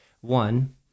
One